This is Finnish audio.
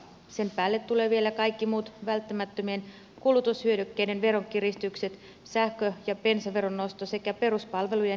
sen päälle tulevat vielä kaikki muut välttämättömien kulutushyödykkeiden veronkiristykset sähkö ja bensaveron nosto sekä peruspalvelujen heikennykset